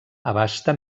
abasta